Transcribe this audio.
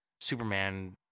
Superman